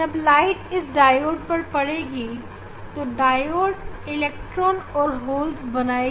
जब प्रकाश इस डायोड पर पड़ेगी तो डायोड इलेक्ट्रॉन और होल्स बनाएगी